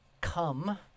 come